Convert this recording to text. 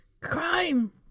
Crime